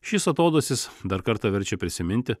šis atodūsis dar kartą verčia prisiminti